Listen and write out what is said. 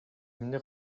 эмне